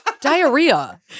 Diarrhea